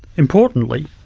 importantly,